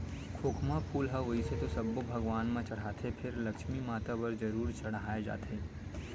खोखमा फूल ल वइसे तो सब्बो भगवान म चड़हाथे फेर लक्छमी माता म जरूर चड़हाय जाथे